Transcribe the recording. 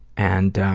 and ah,